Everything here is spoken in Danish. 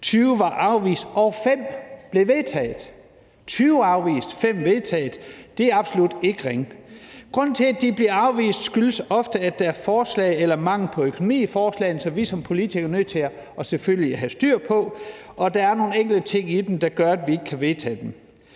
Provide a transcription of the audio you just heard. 20 var afvist, og 5 blev vedtaget. 20 blev afvist, og 5 blev vedtaget – det er absolut ikke ringe. Grunden til, at de bliver afvist, er ofte, at der mangler økonomi i forslagene, som vi som politikere selvfølgelig er nødt til at have styr på. Og der kan være nogle enkelte ting i dem, der gør, at vi ikke kan vedtage dem.